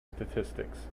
statistics